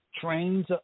trains